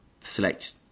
select